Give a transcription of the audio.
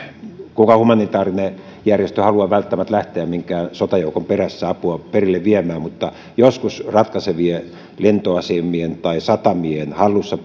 mikään humanitaarinen järjestö halua välttämättä lähteä minkään sotajoukon perässä apua perille viemään mutta joskus ratkaisevien lentoasemien tai satamien hallussa